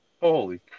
Holy